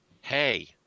Hey